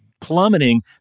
plummeting